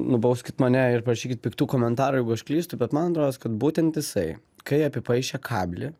nubauskit mane ir parašykit piktų komentarų jeigu aš klystu bet man rodos kad būtent jisai kai apipaišė kablį